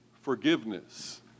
forgiveness